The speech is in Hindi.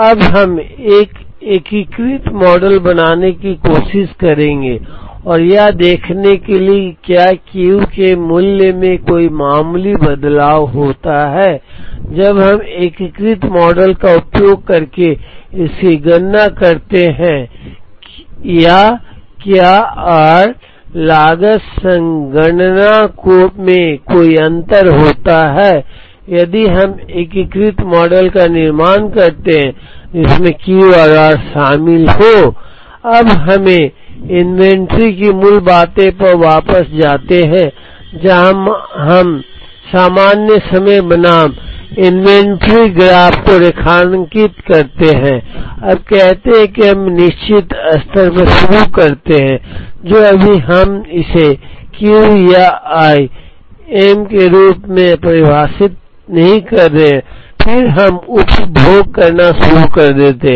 अब हम एक एकीकृत मॉडल बनाने की कोशिश करेंगे और यह देखने के लिए कि क्या Q के मूल्य में कोई कोई मामूली बदलाव होता हैं जब हम एकीकृत मॉडल का उपयोग करके इसकी गणना करते है या क्या r लागत संगणना में कोई अंतर होता हैं यदि हम एक एकीकृत मॉडल का निर्माण करते हैं जिसमें Q और r शामिल हो I अब हमें इन्वेंट्री की मूल बातें पर वापस जाते हैं जहां हम सामान्य समयusual time बनाम इन्वेंट्री ग्राफ को रेखांकित करते हैं अब कहते हैं कि हम एक निश्चित स्तर पर शुरू करते हैं जो अभी हम इसे Q या I m के रूप में परिभाषित नहीं कर रहे हैं और फिर हम उपभोग करना शुरू करते हैं